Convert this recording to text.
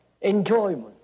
enjoyment